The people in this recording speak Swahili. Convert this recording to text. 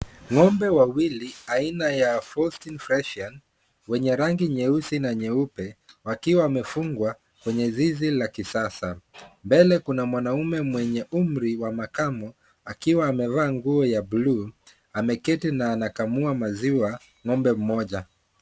Ng'ombe wawili aina ya faustine freshian mwenye rangi nyeusi na nyeupe, wakiwa wamefungwa kwenye zizi la kisasa. Mbele kuna mwanaume mwenye umri wa makamo akiwa amevaa nguo ya buluu ameketi na anakamua maziwa ng'ombe mmoja.